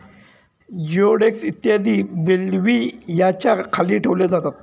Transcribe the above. जिओडेक्स इत्यादी बेल्व्हियाच्या खाली ठेवल्या जातात